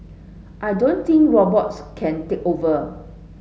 I don't think robots can take over